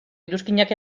iruzkinak